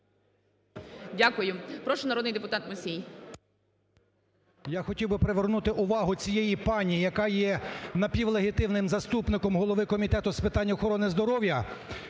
Дякую. Прошу, народний депутат Мусій.